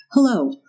Hello